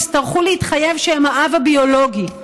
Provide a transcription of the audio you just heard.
יצטרכו להתחייב שהם האב הביולוגי,